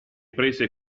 prese